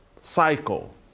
cycle